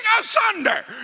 asunder